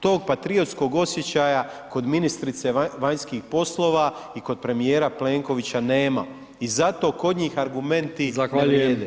Tog patriotskog osjećaja kod ministrice vanjskih poslova i kod premijera Plenkovića nema i zato kod njih argumenti [[Upadica: Zahvaljujem.]] ne vrijede.